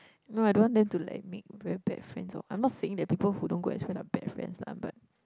no I don't want them to like make very bad friends or I'm not saying that people who don't go express are bad friends lah but